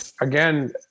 again